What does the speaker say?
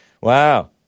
Wow